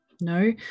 No